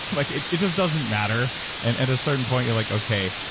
like it it just doesn't matter and at a certain point, you're like, okay,